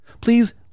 Please